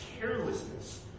carelessness